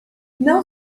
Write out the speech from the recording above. não